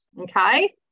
Okay